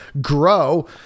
grow